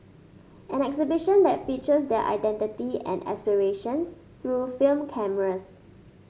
an exhibition that features their identity and aspirations through film cameras